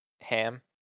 ham